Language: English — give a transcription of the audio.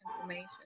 information